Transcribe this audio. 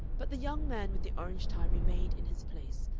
but the young man with the orange tie remained in his place,